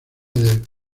del